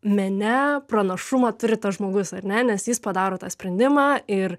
mene pranašumą turi tas žmogus ar ne nes jis padaro tą sprendimą ir